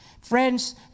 friends